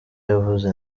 yavuze